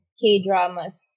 K-dramas